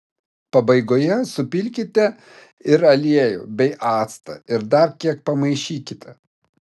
pabaigoje supilkite ir aliejų bei actą ir dar kiek pamaišykite